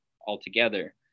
altogether